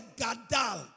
gadal